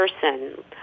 person